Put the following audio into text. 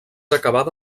acabada